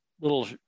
little